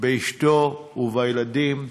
באשתו ובילדים.